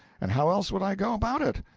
and how else would i go about it?